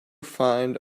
find